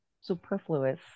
Superfluous